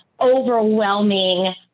overwhelming